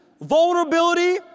Vulnerability